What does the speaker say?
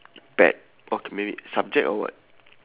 bad okay maybe subject or what